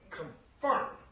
confirm